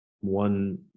one